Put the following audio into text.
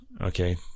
Okay